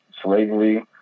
slavery